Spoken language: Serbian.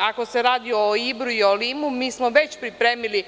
Ako se radi o Ibru i Limu, već smo pripremili